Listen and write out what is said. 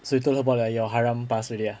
so you told her like about your haram past already ah